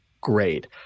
great